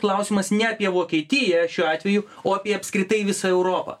klausimas ne apie vokietiją šiuo atveju o apie apskritai visą europą